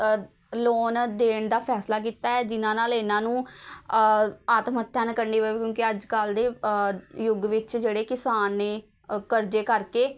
loan ਦੇਣ ਦਾ ਫੈਸਲਾ ਕੀਤਾ ਹੈ ਜਿਨ੍ਹਾਂ ਨਾਲ ਇਹਨਾਂ ਨੂੰ ਆਤਮ ਹੱਤਿਆ ਨਾ ਕਰਨੀ ਪਵੇ ਕਿਉਂਕਿ ਅੱਜ ਕੱਲ੍ਹ ਦੇ ਯੁੱਗ ਵਿੱਚ ਜਿਹੜੇ ਕਿਸਾਨ ਨੇ ਅ ਕਰਜ਼ੇ ਕਰਕੇ